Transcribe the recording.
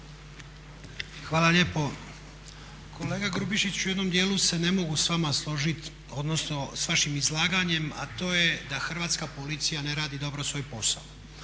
Hvala lijepo. Kolega Grubišić, u jednom djelu se ne mogu s vama složit, odnosno s vašim izlaganjem a to je da Hrvatska policija ne radi dobro svoj posao.